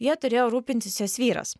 ja turėjo rūpintis jos vyras